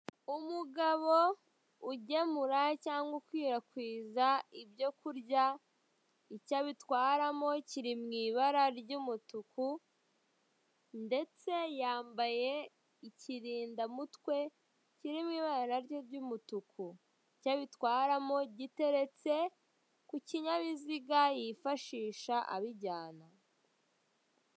Umugabo ugemura cyangwa ukwirakwiza ibyo kurya, icyo abitwaramo kiri mu ibara ry'umutuku ndetse yambaye ikirindamutwe kiri mu ibara na ryo ry'umutuku. Icyo abitwaramo giteretse ku kinyabiziga yifashisha abijyana.